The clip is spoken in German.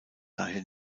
daher